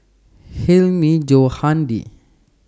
Hilmi Johandi